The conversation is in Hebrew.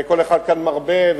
כל אחד כאן מרבה,